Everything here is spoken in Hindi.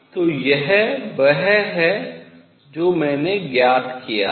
तो यह वह है जो मैंने ज्ञात किया है